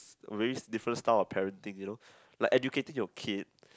really different style of parenting you know like educating your kid